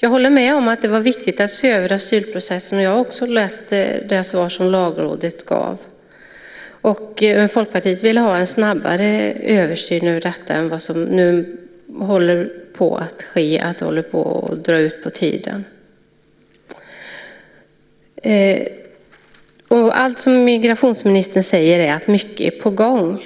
Jag håller med om att det var viktigt att se över asylprocessen. Jag har också läst det svar som Lagrådet gav, men Folkpartiet vill ha en snabbare översyn av detta än vad som nu sker. Det drar ut på tiden. Allt som migrationsministern säger är att mycket är på gång.